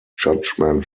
judgment